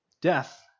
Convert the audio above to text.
Death